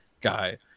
guy